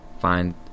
find